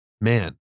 man